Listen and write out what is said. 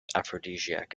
aphrodisiac